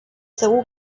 segur